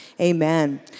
amen